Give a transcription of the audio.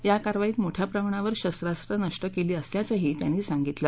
या कारवाईत मोठ्या प्रमाणावर शस्त्रास्त्र नष्ट केली असल्याचंही त्यांनी सांगितलं